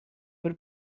per